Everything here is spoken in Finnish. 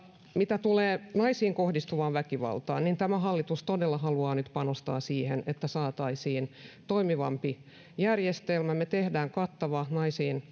mitä tulee naisiin kohdistuvaan väkivaltaan niin tämä hallitus todella haluaa nyt panostaa siihen että saataisiin toimivampi järjestelmä me tehdään kattava naisiin